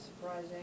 surprising